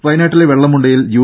വയനാട്ടിലെ വെള്ളമുണ്ടയിൽ യു